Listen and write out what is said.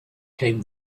came